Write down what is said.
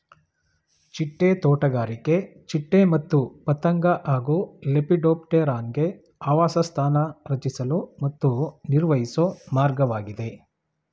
ಚಿಟ್ಟೆ ತೋಟಗಾರಿಕೆ ಚಿಟ್ಟೆ ಮತ್ತು ಪತಂಗ ಹಾಗೂ ಲೆಪಿಡೋಪ್ಟೆರಾನ್ಗೆ ಆವಾಸಸ್ಥಾನ ರಚಿಸಲು ಮತ್ತು ನಿರ್ವಹಿಸೊ ಮಾರ್ಗವಾಗಿದೆ